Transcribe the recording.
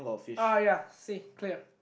uh ya sea clear